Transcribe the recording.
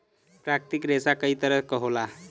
प्राकृतिक रेसा कई तरे क होला